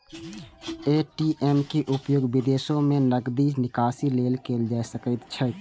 ATM के उपयोग विदेशो मे नकदी निकासी लेल कैल जा सकैत छैक